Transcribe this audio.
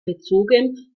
bezogen